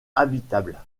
habitable